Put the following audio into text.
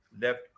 left